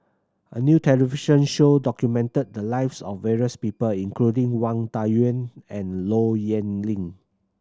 a new television show documented the lives of various people including Wang Dayuan and Low Yen Ling